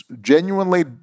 genuinely